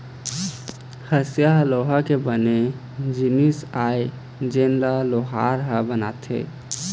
हँसिया ह लोहा के बने जिनिस आय जेन ल लोहार ह बनाथे